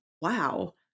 wow